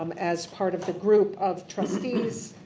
um as part of the group of trustees,